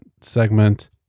segment